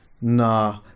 nah